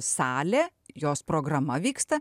salė jos programa vyksta